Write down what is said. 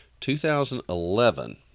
2011